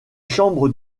chambres